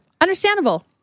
Understandable